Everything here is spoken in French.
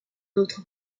autre